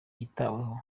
yitaweho